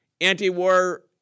anti-war